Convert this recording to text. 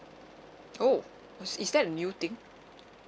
oh is is that a new thing